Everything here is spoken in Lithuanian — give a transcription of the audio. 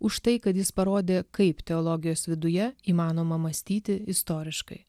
už tai kad jis parodė kaip teologijos viduje įmanoma mąstyti istoriškai